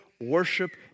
worship